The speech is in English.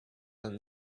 than